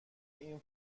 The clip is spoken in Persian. این